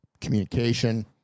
communication